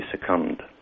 succumbed